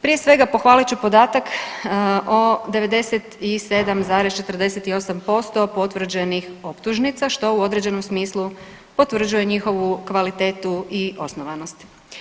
Prije svega pohvalit ću podatak o 97,48% potvrđenih optužnica što u određenom smislu potvrđuje njihovu kvalitetu i osnovanost.